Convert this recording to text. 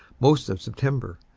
most of september.